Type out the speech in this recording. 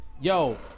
Yo